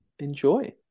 enjoy